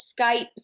Skype